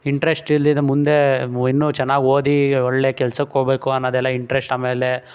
interest ಇಲ್ದಿದ್ದ ಮುಂದೇ ಇನ್ನೂ ಚೆನ್ನಾಗಿ ಓದಿ ಒಳ್ಳೆಯ ಕೆಲ್ಸಕ್ಕೆ ಹೋಬೇಕು ಅನ್ನೋದೆಲ್ಲ ಇಂಟ್ರೆಸ್ಟ್ ಆಮೇಲೆ